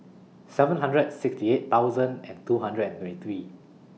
seven hundred and sixty eight and two hundred and twenty three